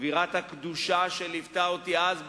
אווירת הקדושה שליוותה אותי אז,